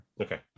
Okay